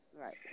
Right